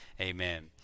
amen